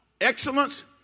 Excellence